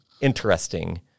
interesting